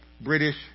British